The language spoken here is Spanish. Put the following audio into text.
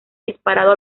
disparado